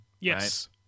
Yes